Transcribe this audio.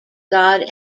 god